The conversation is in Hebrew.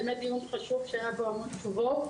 זה באמת דיון חשוב שהיה בו המון תשובות.